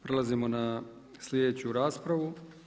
Prelazimo na sljedeću raspravu.